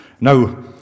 Now